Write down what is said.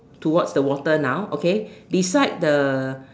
towards the water now okay beside the